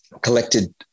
collected